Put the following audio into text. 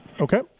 Okay